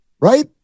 right